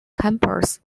campus